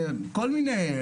כל מיני.